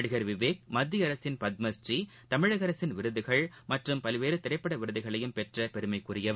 நடிகள் விவேக் மத்திய அரசின் பத்மஸ்ரீ தமிழக அரசின் விருதுகள் மற்றும் பல்வேறு திரைப்பட விருதுகளையும் பெற்ற பெருமைக்குரியவர்